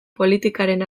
politikaren